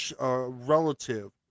relative